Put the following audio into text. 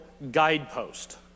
guidepost